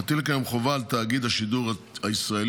מטיל כיום חובה על תאגיד השידור הישראלי,